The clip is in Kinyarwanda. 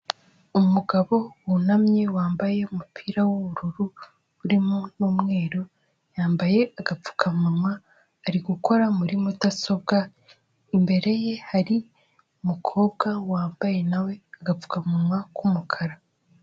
Umugabo wunamye wambaye umupira w'ubururu urimo n'umweru, yambaye agapfukamunwa ari gukora muri mudasobwa, imbere ye hari umukobwa wambaye nawe agapfukamunwa k'umukara.